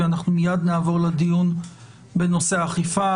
ואנחנו מייד נעבור לדיון בנושא האכיפה,